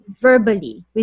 Verbally